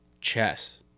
chess